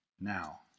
Now